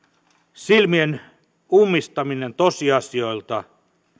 silmien ummistaminen tosiasioilta